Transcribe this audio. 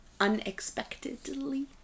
unexpectedly